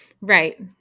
right